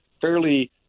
fairly